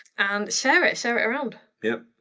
and share it, share it around. yep,